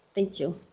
thank you.